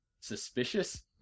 suspicious